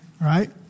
right